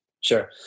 sure